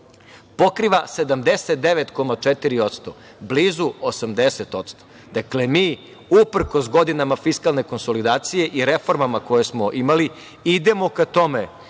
pokriva 79,4%, blizu 80%. Dakle, mi uprkos godinama fiskalne konsolidacije i reformama koje smo imali idemo ka tome,